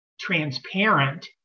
transparent